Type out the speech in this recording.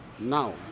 Now